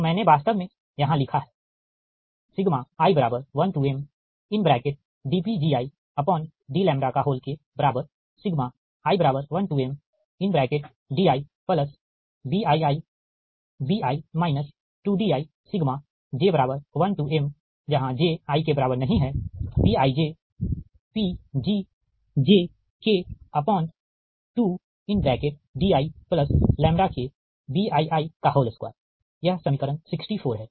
तो मैंने वास्तव में यहाँ लिखा है i1mdPgidλi1mdiBiibi 2dij1 j≠imBijPgj 2diKBii2 यह समीकरण 64 है